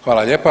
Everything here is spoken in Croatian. Hvala lijepa.